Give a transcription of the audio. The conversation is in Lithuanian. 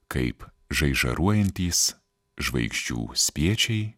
kaip žaižaruojantys žvaigždžių spiečiai